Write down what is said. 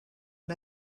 and